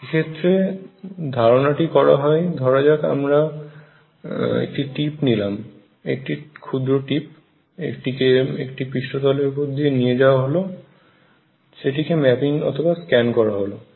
এক্ষেত্রে ধারণাটি করা হয় ধরা যাক আমরা একটি টিপ নিলাম একটি খুদ্র টিপ এবং এটিকে একটি পৃষ্ঠতলের উপর দিয়ে নিয়ে যাওয়া হল এবং সেটি ম্যাপিং অথবা স্ক্যান করা হলো